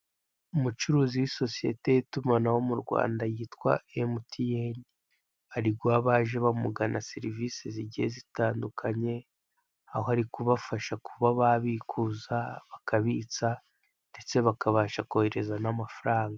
Umucuruzi w'isosiyete y'itumanaho mu Rwanda yitwa MTN, ari guha abaje bamugana serivisi zigiye zitandukanye, ahori kubafasha kuba babikuza, bakabitsa ndetse bakabasha kohereza n'amafaranga.